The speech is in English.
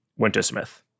Wintersmith